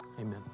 amen